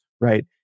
Right